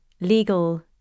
legal